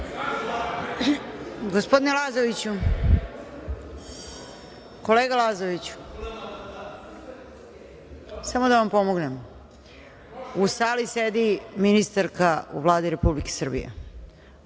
**Snežana Paunović** Kolega Lazoviću, samo da vam pomognem, u sali sedi ministarka u Vladi Republike Srbije.